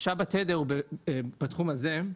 משאב התדר בתחום הזה,